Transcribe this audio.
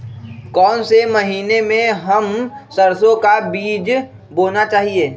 कौन से महीने में हम सरसो का बीज बोना चाहिए?